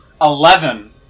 Eleven